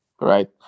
right